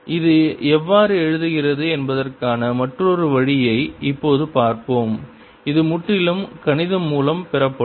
அது எவ்வாறு எழுகிறது என்பதற்கான மற்றொரு வழியை இப்போது பார்ப்போம் இது முற்றிலும் கணிதம் மூலம் பெறப்படும்